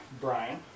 Brian